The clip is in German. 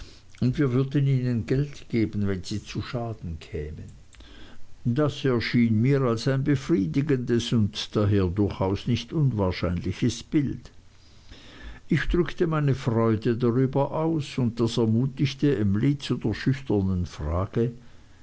und wir würden ihnen geld geben wenn sie zu schaden kämen das erschien mir als ein befriedigendes und daher durchaus nicht wahrscheinliches bild ich drückte meine freude darüber aus und das ermutigte emly zu der schüchternen frage